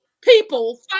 people